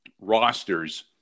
rosters